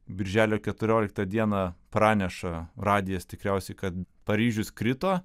birželio keturioliktą dieną praneša radijas tikriausiai kad paryžius krito